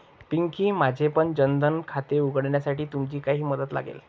पिंकी, माझेपण जन धन खाते उघडण्यासाठी तुमची काही मदत लागेल